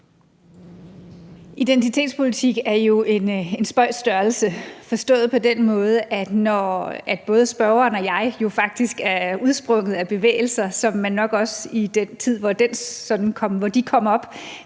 Identitetspolitik er jo en spøjs størrelse, forstået på den måde, at både spørgeren og jeg jo faktisk er udsprunget af bevægelser, som man nok også i den tid, hvor de kom op,